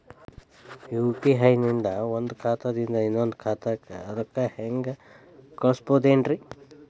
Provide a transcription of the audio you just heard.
UPI ನಿಂದ ಒಂದ್ ಖಾತಾದಿಂದ ಇನ್ನೊಂದು ಖಾತಾಕ್ಕ ರೊಕ್ಕ ಹೆಂಗ್ ಕಳಸ್ಬೋದೇನ್ರಿ?